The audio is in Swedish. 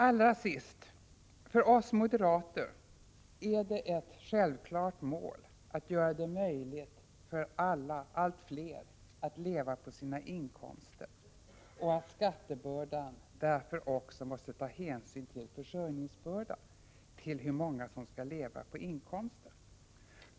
Allra sist: För oss moderater är det ett självklart mål att göra det möjligt för allt fler att leva på sina inkomster och vi anser att skattebördan därför också måste ta hänsyn till försörjningsbördan, till hur många som skall leva på inkomsten.